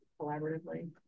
collaboratively